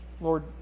Lord